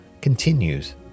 continues